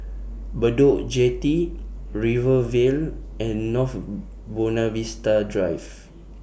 Bedok Jetty Rivervale and North Buona Vista Drive